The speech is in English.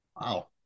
Wow